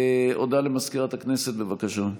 הודעה למזכירת הכנסת, בבקשה.